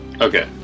okay